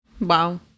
Wow